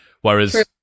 whereas